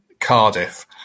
Cardiff